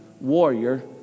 warrior